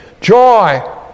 Joy